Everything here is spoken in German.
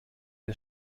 der